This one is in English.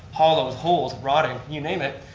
hollows, holes, rotting, you name it,